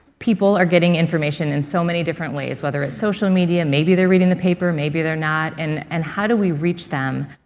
people are getting information in so many different ways, whether it's social media, maybe they're reading the paper, maybe they're not. and and how do we reach them?